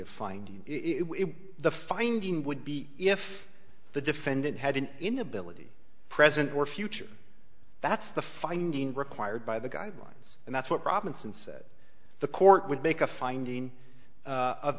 it the finding would be if the defendant had an inability present or future that's the finding required by the guidelines and that's what robinson said the court would make a finding